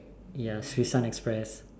ya sushi express